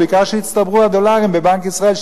ובעיקר שיצטברו הדולרים בבנק ישראל,